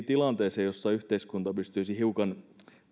tilanteeseen jossa yhteiskunta pystyisi hiukan